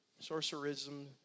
sorcerism